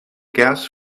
gas